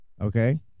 Okay